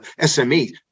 SME